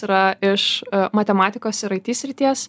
yra iš matematikos ir aity srities